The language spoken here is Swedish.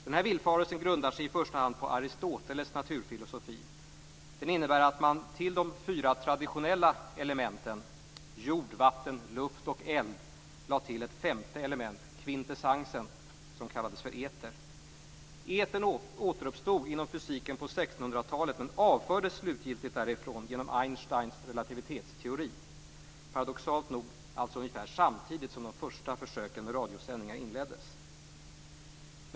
Denna villfarelse grundar sig i första hand på Aristoteles naturfilosofi. Den innebär att man till de fyra traditionella elementen, nämligen jord, vatten, luft och eld, lägger till ett femte element - kvintessensen, som kallades för eter. Etern återuppstod inom fysiken på 1600-talet men avfördes slutgiltigt därifrån genom Einsteins relativitetsteori, paradoxalt nog ungefär samtidigt som de första försöken med radiosändningar inleddes.